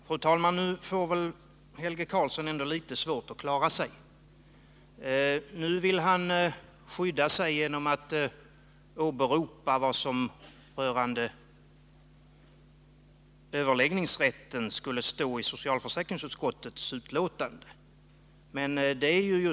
Fru talman! Nu får väl Helge Karlsson ändå litet svårt att klara sig. Nu vill han skydda sig genom att åberopa vad som skulle stå i socialförsäkringsutskottets betänkande rörande överläggningsrätten.